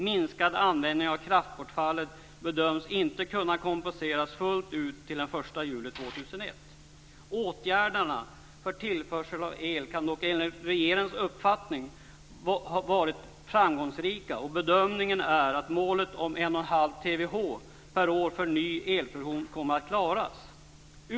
Minskad användning av kraftbortfallet bedöms inte kunna kompenseras fullt ut till den 1 juli 2001. Åtgärderna för tillförsel av el har dock enligt regeringens uppfattning varit framgångsrika, och bedömningen är att målet om 1 1⁄2 TWh per år för ny elproduktion kommer att klaras.